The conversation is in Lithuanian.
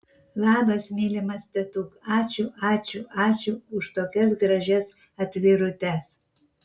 labas mylimas tetuk ačiū ačiū ačiū už tokias gražias atvirutes